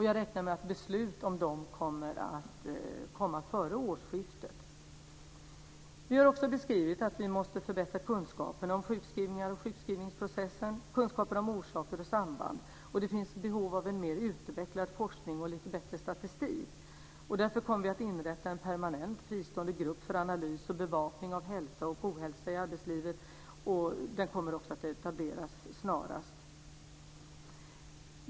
Jag räknar med att beslut om dem kommer att komma före årsskiftet. Vi har också beskrivit att vi måste förbättra kunskaperna om sjukskrivningar och sjukskrivningsprocessen, kunskaper om orsaker och samband. Och det finns behov av en mer utvecklad forskning och lite bättre statistik. Därför kommer vi att inrätta en permanent fristående grupp för analys och bevakning av hälsa och ohälsa i arbetslivet, och den kommer att etableras snarast.